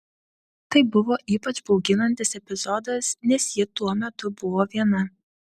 tai buvo ypač bauginantis epizodas nes ji tuo metu buvo viena